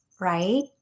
right